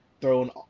throwing